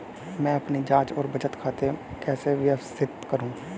मैं अपनी जांच और बचत खाते कैसे व्यवस्थित करूँ?